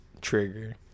trigger